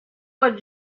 would